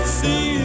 see